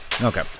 Okay